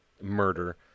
murder